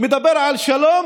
הוא מדבר על שלום